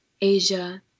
Asia